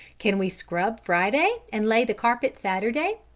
can we scrub friday and lay the carpet saturday?